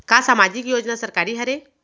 का सामाजिक योजना सरकारी हरे?